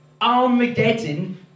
Armageddon